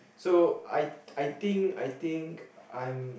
so I I think I think I'm